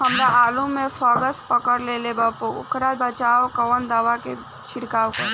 हमरा आलू में फंगस पकड़ लेले बा वोकरा बचाव ला कवन दावा के छिरकाव करी?